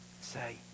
Say